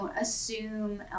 assume